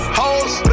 hoes